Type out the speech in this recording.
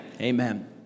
Amen